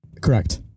Correct